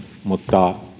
mutta